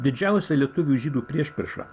didžiausia lietuvių žydų priešprieša